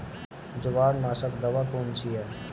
जवार नाशक दवा कौन सी है?